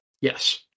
Yes